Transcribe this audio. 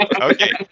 Okay